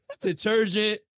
detergent